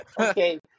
Okay